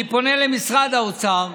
אני פונה למשרד האוצר: